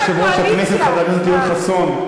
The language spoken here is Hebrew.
תן לה שתי דקות נוספות,